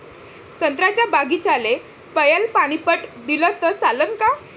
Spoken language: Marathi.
संत्र्याच्या बागीचाले पयलं पानी पट दिलं त चालन का?